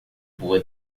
boa